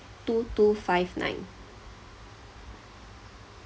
two two five nine